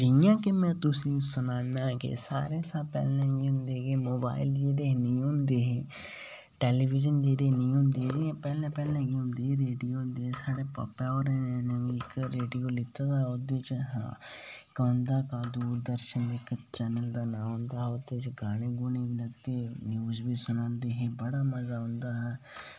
जियां की में तुसेंगी सनाना कि सारें कशा पैह्लें जेह्के मोबाईल निं होंदे हे ते टीवी कोला पैह्लें साढ़े काका होरें इक्क रेडियो लैता हा ते अन्धा कानून इक्क सीरियल दा नाम हा ते न्यूज़ बी सनांदे हे ते बड़ा मज़ा आंदा हा